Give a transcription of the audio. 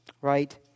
Right